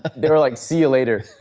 they were like, see you later.